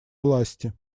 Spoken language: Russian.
власти